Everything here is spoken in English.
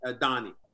Donnie